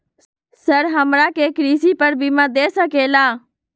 Sir हमरा के कृषि पर बीमा दे सके ला?